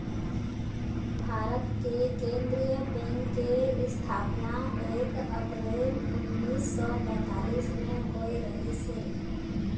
भारत के केंद्रीय बेंक के इस्थापना एक अपरेल उन्नीस सौ पैतीस म होए रहिस हे